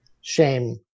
shame